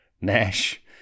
Nash